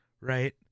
right